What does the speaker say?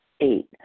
Eight